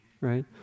right